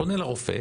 פונה לרופא.